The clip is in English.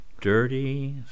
Dirty